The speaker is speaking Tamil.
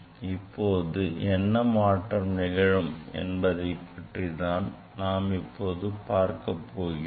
இப்போது என்ன மாற்றம் நிகழும் என்பதை பற்றி தான் நாம் இப்போது பார்க்கப் போகிறோம்